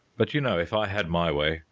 but you know if i had my way,